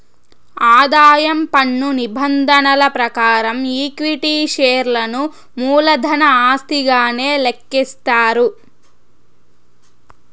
ఆదాయం పన్ను నిబంధనల ప్రకారం ఈక్విటీ షేర్లను మూలధన ఆస్తిగానే లెక్కిస్తారు